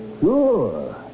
sure